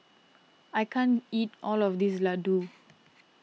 I can't eat all of this Ladoo